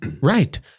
Right